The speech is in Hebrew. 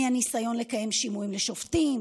הניסיון לקיים שימועים לשופטים,